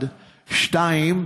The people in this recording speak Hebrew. שתיים,